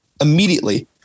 immediately